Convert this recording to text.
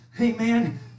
Amen